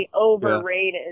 Overrated